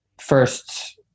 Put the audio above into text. first